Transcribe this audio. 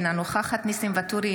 אינה נוכחת ניסים ואטורי,